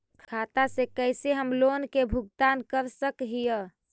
खाता से कैसे हम लोन के भुगतान कर सक हिय?